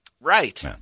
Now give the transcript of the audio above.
Right